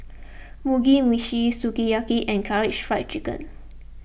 Mugi Meshi Sukiyaki and Karaage Fried Chicken